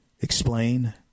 explain